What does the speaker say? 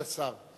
כבוד השר.